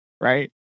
right